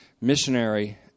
missionary